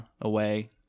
away